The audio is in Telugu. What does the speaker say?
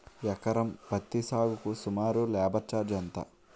ఎకరం పత్తి సాగుకు సుమారు లేబర్ ఛార్జ్ ఎంత?